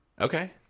Okay